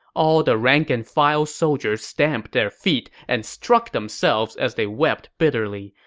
all the rank-and-file soldiers stamped their feet and struck themselves as they wept bitterly.